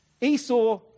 esau